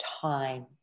time